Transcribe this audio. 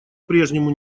прежнему